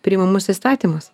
priimamus įstatymus